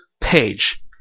page